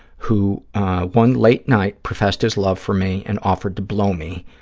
who one late night professed his love for me and offered to blow me,